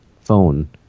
phone